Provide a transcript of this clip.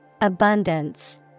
Abundance